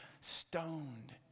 stoned